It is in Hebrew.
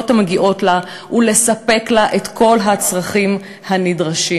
המגיעות לה ולספק לה את כל הצרכים הנדרשים.